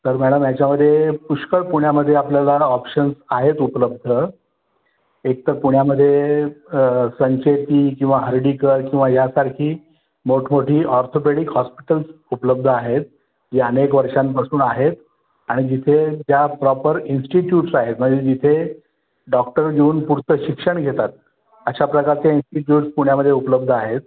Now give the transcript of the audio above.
तर मॅडम याच्यामध्ये पुष्कळ पुण्यामध्ये आपल्याला ऑप्शन्स आहेत उपलब्ध एक तर पुण्यामध्ये संचेती किंवा हर्डीकर किंवा यासारखी मोठमोठी ऑर्थोपेडिक हॉस्पिटल्स उपलब्ध आहेत जी अनेक वर्षांपासून आहेत आणि जिथे ज्या प्रॉपर इन्स्टिट्यूट्स आहेत म्हणजे जिथे डॉक्टर घेऊन पुढचं शिक्षण घेतात अशा प्रकारच्या इन्स्टिट्यूट्स पुण्यामध्ये उपलब्ध आहेत